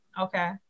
Okay